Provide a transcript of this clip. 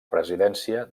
presidència